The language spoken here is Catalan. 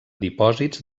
dipòsits